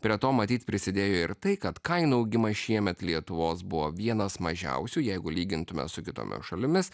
prie to matyt prisidėjo ir tai kad kainų augimas šiemet lietuvos buvo vienas mažiausių jeigu lygintume su kitomis šalimis